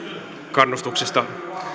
kannustuksesta miten